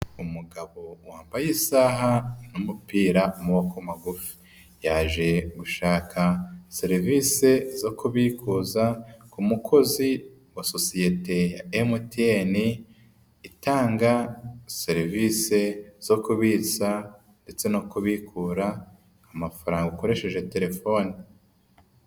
Umugabo wambaye isaha n'umupira muko magufi, yaje gushaka serivisi zo kubikuza ku mukozi wa sosiyete ya MTN, itanga serivisi zo kubitsa ndetse no kubikura amafaranga ukoresheje telefoni.